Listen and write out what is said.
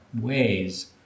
ways